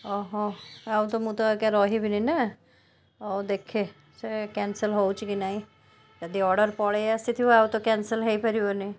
ଓହୋ ଆଉ ତ ମୁଁ ତ ଏକା ରହିବିନି ନା ହଉ ଦେଖେ ସେ କ୍ୟାନସଲ୍ ହେଉଛି କି ନାହିଁ ଯଦି ଅର୍ଡ଼ର ପଳାଇ ଆସିଥିବ ଆଉ ତ କ୍ୟାନସଲ୍ ହେଇପାରିବନି